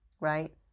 right